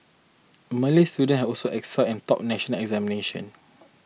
Malay student have also excelled and topped national examination